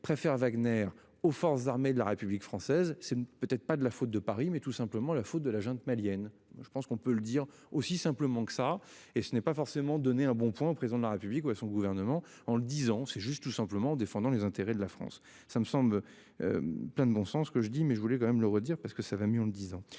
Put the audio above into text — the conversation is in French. préfère Wagner aux forces armées de la République française, c'est peut-être pas de la faute de Paris mais tout simplement la faute de la junte malienne. Je pense qu'on peut le dire aussi simplement que ça et ce n'est pas forcément donner un bon point, au président de la République ou à son gouvernement en le disant c'est juste tout simplement défendant les intérêts de la France. Ça me semble. Plein de bon sens que je dis mais je voulais quand même le redire parce que ça va mieux en le disant,